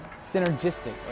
synergistic